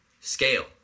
scale